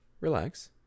relax